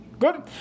Good